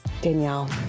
Danielle